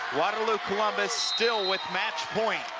waterloo columbus still withmatch point.